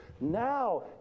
now